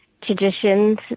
traditions